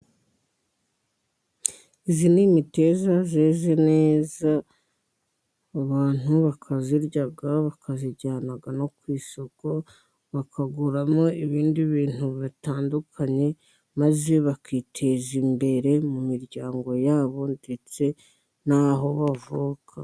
Izi n'imiteja nziza zeze neza, abantu bakazirya bakazijyana no ku isoko, bakaguramo ibindi bintu bitandukanye maze bakiteza imbere mu miryango yabo ndetse n'aho bavuka.